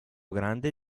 grande